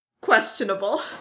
questionable